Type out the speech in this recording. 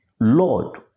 Lord